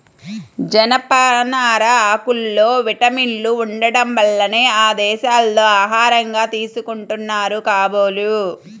జనపనార ఆకుల్లో విటమిన్లు ఉండటం వల్లనే ఆ దేశాల్లో ఆహారంగా తీసుకుంటున్నారు కాబోలు